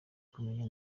kumenya